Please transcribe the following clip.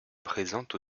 présente